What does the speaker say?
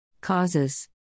Causes